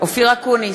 אופיר אקוניס,